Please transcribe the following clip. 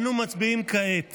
אנו מצביעים כעת